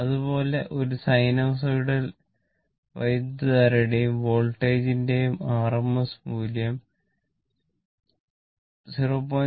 അതുപോലെ ഒരു സിനോസോയ്ഡൽ വൈദ്യുതധാരയുടെയും വോൾട്ടേജിന്റെയും rms മൂല്യം 0